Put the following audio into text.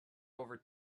over